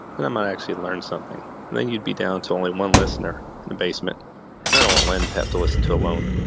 then i'm going to actually learn something and then you'd be down to only one listener in a basement. and i don't want lynn to have to listen to alone.